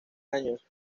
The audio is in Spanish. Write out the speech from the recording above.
años